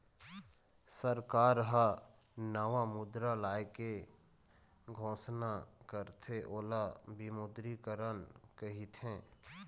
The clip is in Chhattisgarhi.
सरकार ह नवा मुद्रा लाए के घोसना करथे ओला विमुद्रीकरन कहिथें